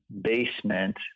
basement